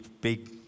big